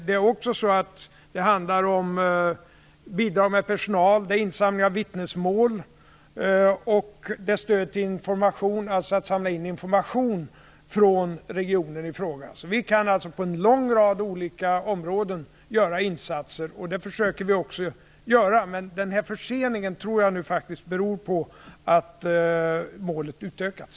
Det handlar vidare om bidrag med personal, insamling av vittnesmål och stöd till insamling av information från regionen i fråga. Vi kan alltså göra insatser på en lång olika områden, och det försöker vi också göra. Men förseningen tror jag faktiskt beror på att målet har utökats.